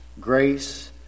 grace